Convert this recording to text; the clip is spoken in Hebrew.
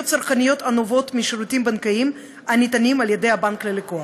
צרכניות הנובעות משירותים בנקאיים הניתנים על ידי הבנק ללקוח.